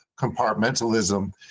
compartmentalism